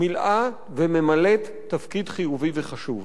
מילאה וממלאת תפקיד חיובי וחשוב.